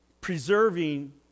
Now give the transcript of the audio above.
preserving